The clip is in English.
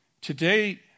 Today